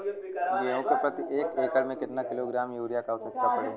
गेहूँ के प्रति एक एकड़ में कितना किलोग्राम युरिया क आवश्यकता पड़ी?